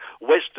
Western